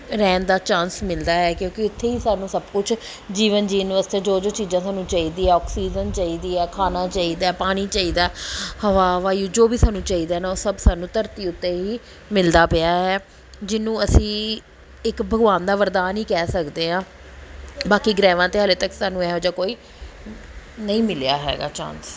ਰਹਿਣ ਦਾ ਚਾਂਸ ਮਿਲਦਾ ਹੈ ਕਿਉਂਕਿ ਇੱਥੇ ਹੀ ਸਾਨੂੰ ਸਭ ਕੁਛ ਜੀਵਨ ਜੀਣ ਵਾਸਤੇ ਜੋ ਜੋ ਚੀਜ਼ਾਂ ਤੁਹਾਨੂੰ ਚਾਹੀਦੀਆਂ ਆਕਸੀਜਨ ਚਾਹੀਦੀ ਆ ਖਾਣਾ ਚਾਹੀਦਾ ਪਾਣੀ ਚਾਹੀਦਾ ਹਵਾ ਵਾਯੂ ਜੋ ਵੀ ਸਾਨੂੰ ਚਾਹੀਦੇ ਹਨ ਉਹ ਸਭ ਸਾਨੂੰ ਧਰਤੀ ਉੱਤੇ ਹੀ ਮਿਲਦਾ ਪਿਆ ਹੈ ਜਿਹਨੂੰ ਅਸੀਂ ਇੱਕ ਭਗਵਾਨ ਦਾ ਵਰਦਾਨ ਹੀ ਕਹਿ ਸਕਦੇ ਹਾਂ ਬਾਕੀ ਗ੍ਰਹਿਆਂ 'ਤੇ ਹਲੇ ਤੱਕ ਸਾਨੂੰ ਇਹੋ ਜਿਹਾ ਕੋਈ ਨਹੀਂ ਮਿਲਿਆ ਹੈਗਾ ਚਾਂਸ